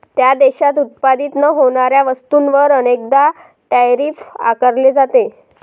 त्या देशात उत्पादित न होणाऱ्या वस्तूंवर अनेकदा टैरिफ आकारले जाते